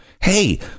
Hey